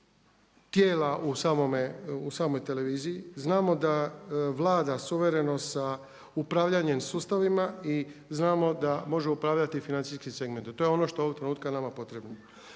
tijela u samoj televiziji. Znamo da vlada suvereno sa upravljanjem sustavima i znamo da može upravljati financijskim segmentom. To je ono što je ovog trenutka nama potrebno.